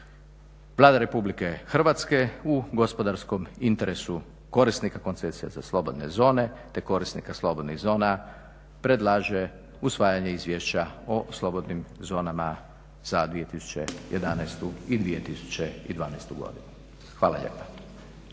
Vlada Republike Hrvatske u gospodarskom interesu korisnika koncesija za slobodne zone, te korisnika slobodnih zona predlaže usvajanje izvješća o slobodnim zonama za 2011. i 2012. godinu. Hvala lijepa.